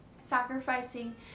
sacrificing